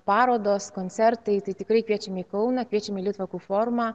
parodos koncertai tai tikrai kviečiame į kauną kviečiame į litvakų forumą